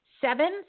seven